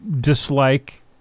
dislike